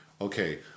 Okay